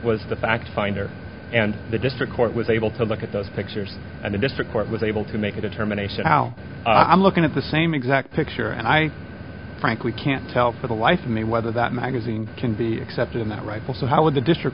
was the fact finder and the district court was able to look at those pictures and the district court was able to make a determination how i'm looking at the same exact picture and i frankly can't tell for the life of me whether that magazine can be accepted in that rifle so how would the district